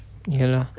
ya lah